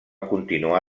continuar